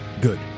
Good